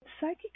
psychic